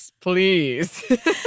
please